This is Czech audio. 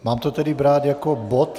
Mám to tedy brát jako bod?